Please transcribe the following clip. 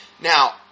Now